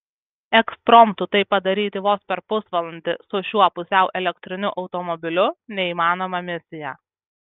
ekspromtu tai padaryti vos per pusvalandį su šiuo pusiau elektriniu automobiliu neįmanoma misija